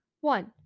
one